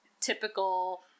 typical